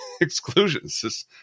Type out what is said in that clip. exclusions